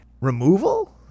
Removal